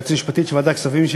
היועצת המשפטית של ועדת הכספים,